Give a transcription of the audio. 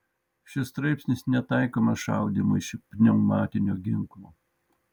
šis straipsnis netaikomas šaudymui iš pneumatinio ginklo